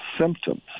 symptoms